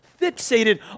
fixated